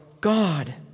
God